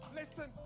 listen